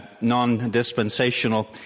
non-dispensational